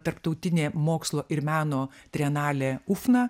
tarptautinė mokslo ir meno trienalė ufna